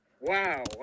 Wow